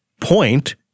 point